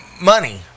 money